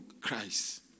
Christ